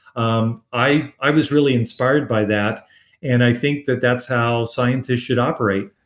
um i i was really inspired by that and i think that that's how scientists should operate